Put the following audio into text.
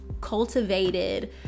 cultivated